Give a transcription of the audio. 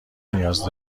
نیاز